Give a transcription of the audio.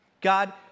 God